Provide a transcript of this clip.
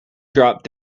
dropped